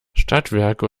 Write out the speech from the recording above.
stadtwerke